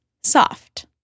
soft